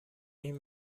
این